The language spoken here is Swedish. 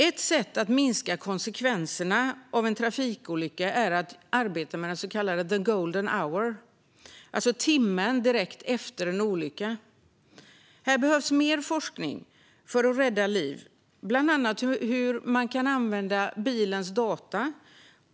Ett sätt att minska konsekvenserna av en trafikolycka är att arbeta med den så kallade golden hour, alltså timmen direkt efter en olycka. Här behövs mer forskning för att rädda liv, bland annat när det gäller hur man kan använda bilens data.